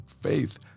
faith